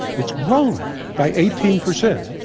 it's grown by eighteen percent.